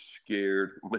scared